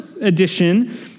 edition